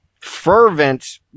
fervent